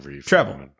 travel